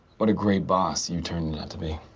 what a great boss you turned out to be.